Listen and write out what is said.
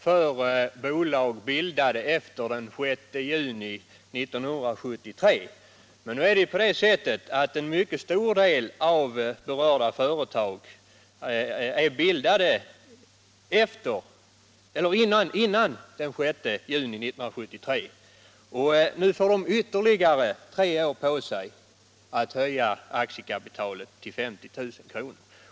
för bolag som bildats efter den 6 juni 1973. Men en mycket stor del av de berörda företagen har bildats före denna tidpunkt, och nu får de ytterligare tre år på sig att höja aktiekapitalet till 50 000 kr.